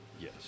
Yes